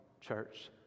church